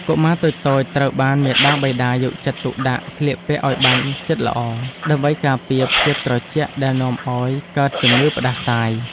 កុមារតូចៗត្រូវបានមាតាបិតាយកចិត្តទុកដាក់ស្លៀកពាក់ឱ្យបានជិតល្អដើម្បីការពារភាពត្រជាក់ដែលនាំឱ្យកើតជំងឺផ្ដាសាយ។